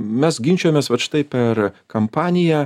mes ginčijomės vat štai per kampaniją